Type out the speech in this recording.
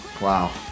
Wow